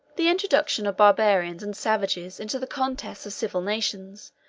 the introduction of barbarians and savages into the contests of civilized nations,